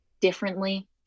differently